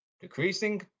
decreasing